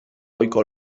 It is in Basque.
ohiko